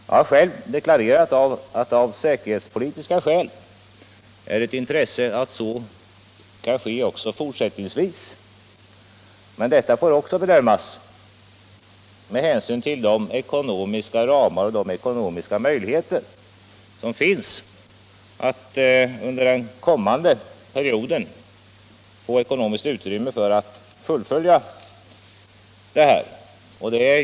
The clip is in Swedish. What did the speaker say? Jag har själv deklarerat att det av säkerhetspolitiska skäl är av intresse att det även fortsättningsvis kommer att finnas en flygindustri, men detta får också bedömas med hänsyn till de ekonomiska möjligheterna att under den kommande perioden fullfölja verksamheten.